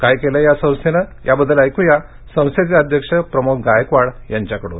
काय केलं या संस्थेन त्याबद्दल ऐकूया संस्थेचे अध्यक्ष प्रमोद गायकवाड यांच्याकडून